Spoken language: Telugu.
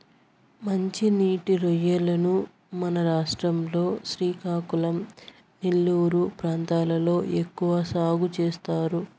మంచి నీటి రొయ్యలను మన రాష్ట్రం లో శ్రీకాకుళం, నెల్లూరు ప్రాంతాలలో ఎక్కువ సాగు చేస్తారు